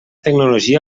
tecnologia